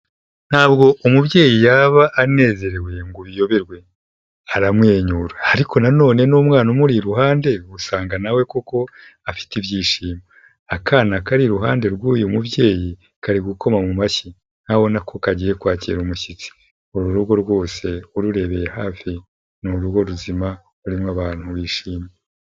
Ntabwo umubyeyi yaba anezerewe ngo ubiyoberwe, aramwenyura, ariko na none n'umwana umuri iruhande usanga nawe koko afite ibyishimo, akana kari iruhande rw'uyu mubyeyi kari gukoma mu mashyi, urabona ko kagiye kwakira umushyitsi, uru rugo rwose ururebeye hafi ni urugo ruzima rurimo abantu bishimye.